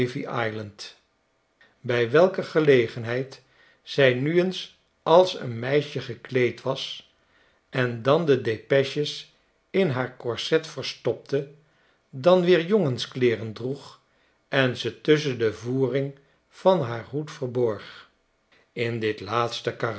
bij welke gelegenheid zij nu eens als een meisje gekleed was en dan de depeches in haar korset verstopte dan weer jongenskleeren droeg en ze tusschen de voering van haar hoed verborg in dit laatsten